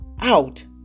out